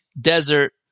desert